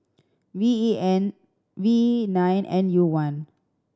V E N V E nine N U one